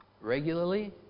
regularly